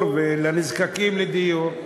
לדיור ולנזקקים לדיור.